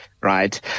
right